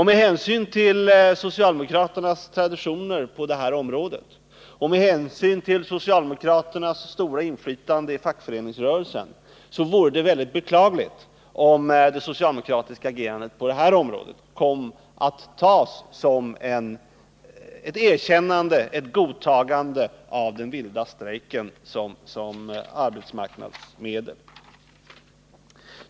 Med hänsyn till socialdemokraternas traditioner på det här området och med hänsyn till socialdemokraternas stora inflytande i fackföreningsrörelsen vore det mycket beklagligt om det socialdemokratiska agerandet på det här området kom att tas som ett godtagande av den vilda strejken som stridsmedel på arbetsmarknaden.